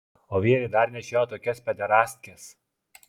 o vyrai dar nešioja tokias pederastkes